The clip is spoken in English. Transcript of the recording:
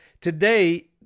today